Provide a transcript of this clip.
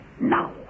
Now